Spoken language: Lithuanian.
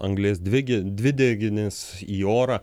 anglies dvige dvideginis į orą